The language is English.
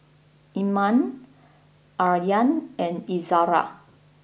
Iman Aryan and Izara